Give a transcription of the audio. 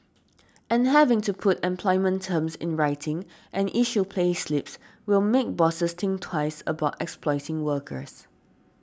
and having to put employment terms in writing and issue payslips will make bosses think twice about exploiting workers